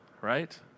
right